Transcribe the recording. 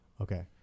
Okay